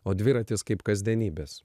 o dviratis kaip kasdienybės